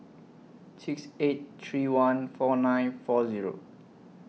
six eight three one four nine four Zero